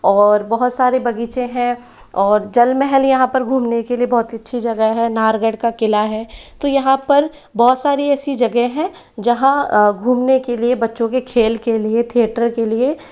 और बहुत सारे बगीचे हैं और जल महल यहाँ पर घूमने के लिए बहुत अच्छी जगह है नाहरगढ़ का किला है तो यहाँ पर बहुत सारी ऐसी जगह हैं जहाँ घूमने के लिए बच्चों के खेल के लिए थिएटर के लिए